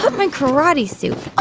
um my karate suit? oh,